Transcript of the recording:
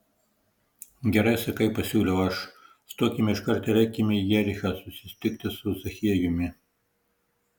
gerai sakai pasiūliau aš stokime iškart ir eime į jerichą susitikti su zachiejumi